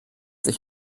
sich